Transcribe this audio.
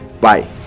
Bye